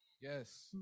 Yes